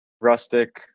rustic